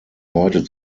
heute